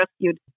rescued